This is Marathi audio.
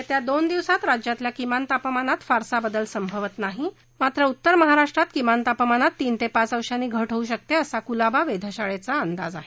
येत्या दोन दिवसात राज्यातल्या किमान तापमानात फारसा बदल संभवत नाही मात्र उत्तर महाराष्ट्रात किमान तापमानात तीन ते पाच अंशानी घट होऊ शकते असा कुलाबा वेधशाळेचा अंदाज आहे